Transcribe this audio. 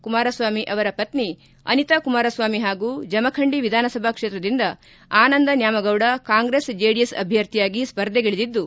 ಕುಮಾರಸ್ವಾಮಿ ಅವರ ಪತ್ನಿ ಅನಿತಾ ಕುಮಾರಸ್ವಾಮಿ ಹಾಗೂ ಜಮಖಂಡಿ ವಿಧಾನಸಭಾ ಕ್ಷೇತ್ರದಿಂದ ಆನಂದ ನ್ಯಾಮಗೌಡ ಕಾಂಗ್ರೆಸ್ ಜೆಡಿಎಸ್ ಅಭ್ಯರ್ಥಿಯಾಗಿ ಸ್ಪರ್ಧೆಗಳಿದಿದ್ದು